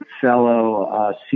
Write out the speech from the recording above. fellow